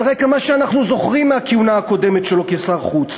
על רקע מה שאנחנו זוכרים מהכהונה הקודמת שלו כשר החוץ?